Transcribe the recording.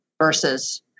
versus